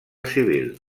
civil